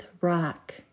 rock